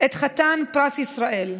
את חתן פרס ישראל,